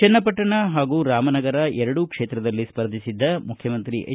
ಚನ್ನಪಟ್ಟಣ ಹಾಗೂ ರಾಮನಗರ ಎರಡೂ ಕ್ಷೇತ್ರದಲ್ಲಿ ಸ್ಪರ್ಧಿಸಿದ್ದ ಮುಖ್ಯಮಂತ್ರಿ ಎಚ್